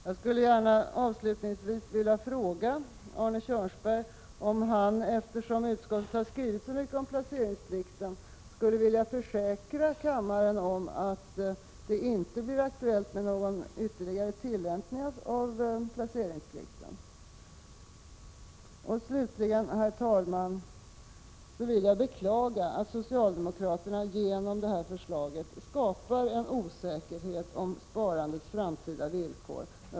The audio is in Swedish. Jag skulle gärna vilja fråga Arne Kjörnsberg om han, eftersom utskottet har skrivit så mycket om placeringsplikten, skulle vilja försäkra kammaren att det inte blir aktuellt med någon ytterligare tillämpning av placeringsplikten. Slutligen, herr talman, vill jag beklaga att socialdemokraterna genom det här förslaget skapar en osäkerhet om sparandets framtida villkor.